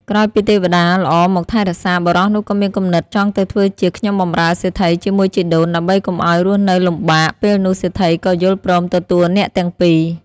ក្រោយពីទេវតាល្អមកថែរក្សា បុរសនោះក៏មានគំនិតចង់ទៅធ្វើជាខ្ញុំបម្រើសេដ្ឋីជាមួយជីដូន ដើម្បីកុំឲ្យរស់នៅលំបាក ពេលនោះសេដ្ឋីក៏យល់ព្រមទទួលអ្នកទាំងពីរ។